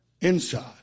Inside